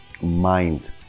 mind